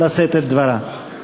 לשאת את דברה.